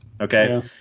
okay